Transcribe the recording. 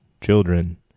Children